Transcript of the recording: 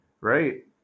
Right